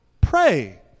pray